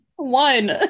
one